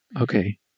okay